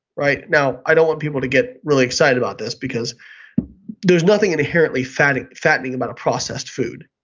right? now, i don't want people to get really excited about this because there's nothing inherently fattening fattening about a processed food.